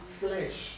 flesh